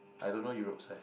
I don't know Europe size